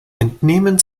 entnehmen